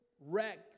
wreck